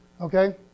okay